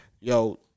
yo